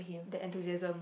that enthusiasm